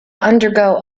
undergo